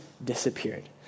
disappeared